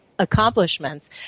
accomplishments